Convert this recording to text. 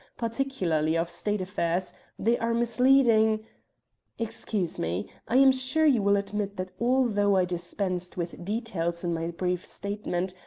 particularly of state affairs they are misleading excuse me, i am sure you will admit that although i dispensed with details in my brief statement,